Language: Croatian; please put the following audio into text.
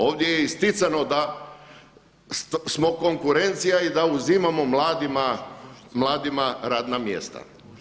Ovdje je isticano da smo konkurencija i da uzimamo mladima radna mjesta.